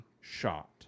shot